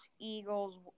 Eagles –